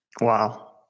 Wow